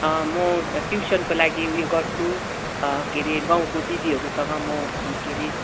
म ट्युसनको लागि उयो गर्छु के हरे गाउँको दिदीहरूसँग म के हरे